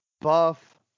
buff